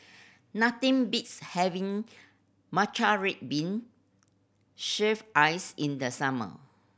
nothing beats having matcha red bean shaved ice in the summer